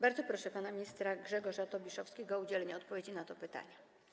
Bardzo proszę pana ministra Grzegorza Tobiszowskiego o udzielenie odpowiedzi na to pytanie.